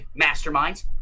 masterminds